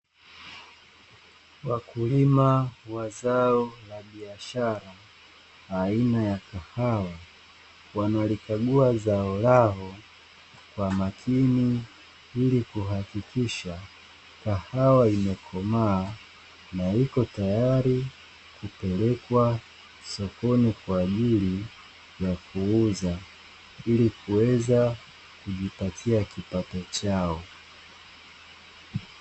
Wakulima wa zao la biashara aina ya kahawa wanalikagua zao lao kwa makini, ili kuhakikisha kahawa imekomaa na iko tayari kupelekwa sokoni kwa ajili ya kuuza ili kuweza kujipatia kipato chao.